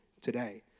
today